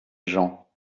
gens